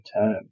term